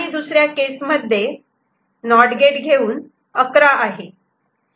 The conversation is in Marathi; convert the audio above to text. आणि दुसऱ्या केस मध्ये नॉट गेट घेऊन 11 आहे